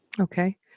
okay